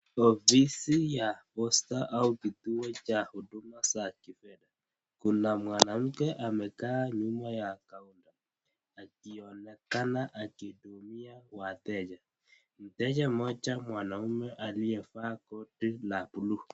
Ofisi ya posta au kituo cha huduma za kifedha. Kuna mwanamke amekaa nyuma ya kaunta, akionekana akihudumia wateja. Mteja mmoja mwanaume aliyefaa koti la blue .